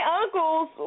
uncles